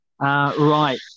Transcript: right